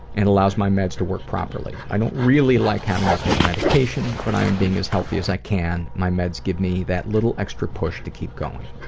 and helps my meds to work properly. i don't really like having to take medication but i am being as healthy as i can. my meds give me that little extra push to keep going.